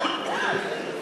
תוצרת אורגנית